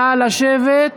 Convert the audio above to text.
נא לשבת.